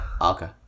okay